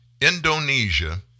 Indonesia